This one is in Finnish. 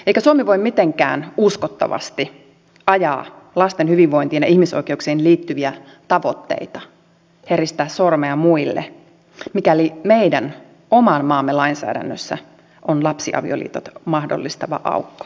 eikä suomi voi mitenkään uskottavasti ajaa lasten hyvinvointiin ja ihmisoikeuksiin liittyviä tavoitteita heristää sormea muille mikäli meidän oman maamme lainsäädännössä on lapsiavioliitot mahdollistava aukko